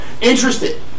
Interested